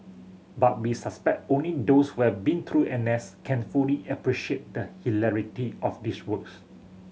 but we suspect only those who have been through N S can fully appreciate the hilarity of these words